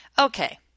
Okay